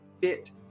fit